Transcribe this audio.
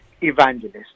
evangelist